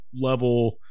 level